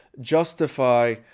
justify